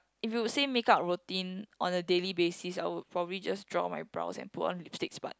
if you say make-up routine on a daily basis I would probably just draw my brows and put on lipsticks but